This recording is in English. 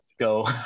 go